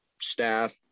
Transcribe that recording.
staff